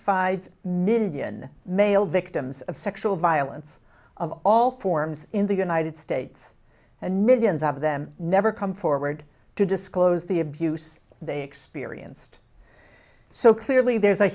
five million male victims of sexual violence of all forms in the united states and millions of them never come forward to disclose the abuse they experienced so clearly there's a